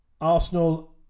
Arsenal